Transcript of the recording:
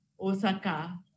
Osaka